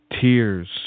Tears